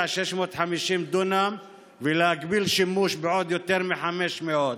650 דונם ולהגביל שימוש בעוד יותר מ-500,